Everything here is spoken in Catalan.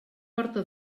porta